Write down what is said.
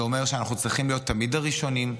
זה אומר שאנחנו צריכים להיות תמיד הראשונים,